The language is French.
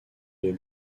les